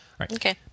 Okay